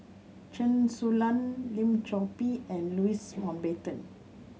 Chen Su Lan Lim Chor Pee and Louis Mountbatten